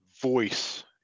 voice